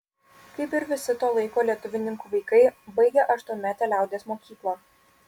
kaip ir visi to laiko lietuvininkų vaikai baigė aštuonmetę liaudies mokyklą